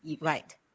Right